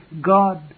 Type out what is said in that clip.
God